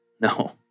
No